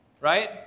right